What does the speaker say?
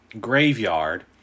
graveyard